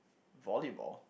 volleyball